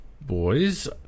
boys